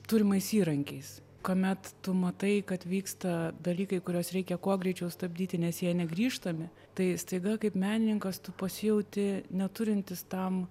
turimais įrankiais kuomet tu matai kad vyksta dalykai kuriuos reikia kuo greičiau stabdyti nes jie negrįžtami tai staiga kaip menininkas tu pasijauti neturintis tam